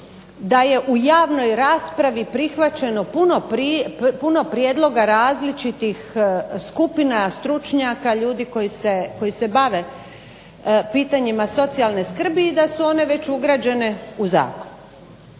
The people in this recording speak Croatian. da je u javnoj raspravi prihvaćeno puno prijedloga različitih skupina stručnjaka, ljudi koji se bave pitanjima socijalne skrbi i da su one već ugrađene u zakon.